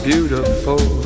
beautiful